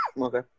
Okay